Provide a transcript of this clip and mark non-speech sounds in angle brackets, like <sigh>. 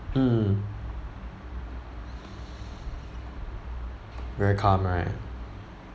mm <breath> very calm right